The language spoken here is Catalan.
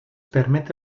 permet